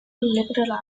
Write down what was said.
liberal